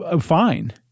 fine